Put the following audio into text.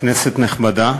כנסת נכבדה,